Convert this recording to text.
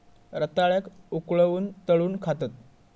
रताळ्याक उकळवून, तळून खातत